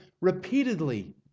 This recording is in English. repeatedly